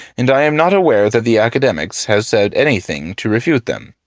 and i am not aware that the academics have said anything to refute them,